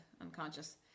unconscious